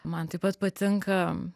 man taip pat patinka